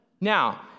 Now